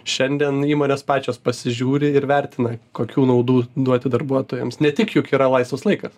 šiandien įmonės pačios pasižiūri ir vertina kokių naudų duoti darbuotojams ne tik juk yra laisvas laikas